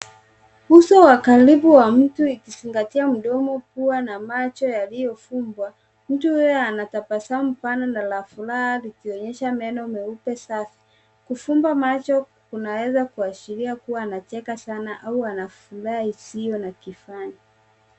Uso wa karibu wa mtu ikizingatia mdomo kuwa na macho yaliyofumbwa mtu huyo anatabasamu pana na la furaha likionyesha meno meupe sana kufumba macho kunaweza kuashiria kuwa anacheka sana au ana furaha isiyo Uso wa karibu wa mtu, ikizingatia mdomo kuwa na macho yaliyofumbwa, mtu huyo anatabasamu pana na la furaha, likionyesha meno meupe sana. Kufumba macho kunaweza kuashiria kuwa anacheka sana au ana furaha isiyo na kifani.